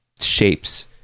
shapes